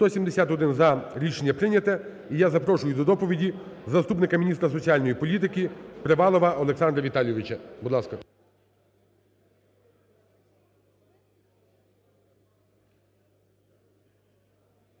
За-171 Рішення прийняте. І я запрошую до доповіді заступника міністра соціальної політики Привалова Олександра Віталійовича. Будь ласка.